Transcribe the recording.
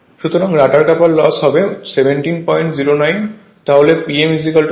সুতরাং rotor copper loss হবে 1709 তাহলে P m1709 0041 004